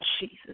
Jesus